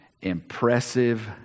Impressive